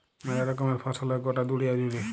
মেলা রকমের ফসল হ্যয় গটা দুলিয়া জুড়ে